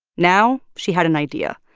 now she had an idea.